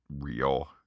real